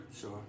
Sure